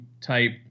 type